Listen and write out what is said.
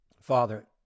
Father